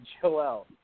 Joel